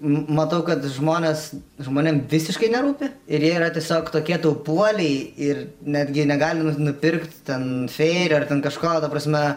matau kad žmonės žmonėm visiškai nerūpi ir jie yra tiesiog tokie taupuoliai ir netgi negalim nupirkt ten feirio ar ten kažko prasme